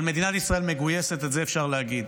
אבל מדינת ישראל מגויסת, את זה אפשר להגיד.